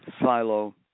Silo